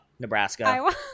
Nebraska